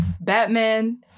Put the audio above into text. Batman